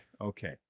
Okay